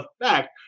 effect